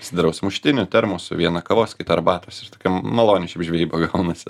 pasidarau sumuštinį termosų vieną kavos kitą arbatos ir tokia maloni šiaip žvejyba gaunasi